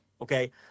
okay